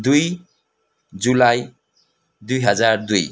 दुई जुलाई दुई हजार दुई